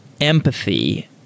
empathy